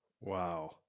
Wow